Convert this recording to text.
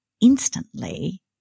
instantly